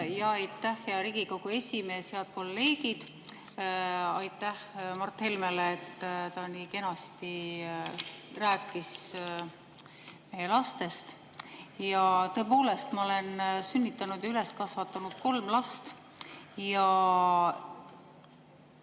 Jaa, aitäh, hea Riigikogu esimees! Head kolleegid! Aitäh Mart Helmele, et ta nii kenasti rääkis meie lastest! Ja tõepoolest, ma olen sünnitanud ja üles kasvatanud kolm last ja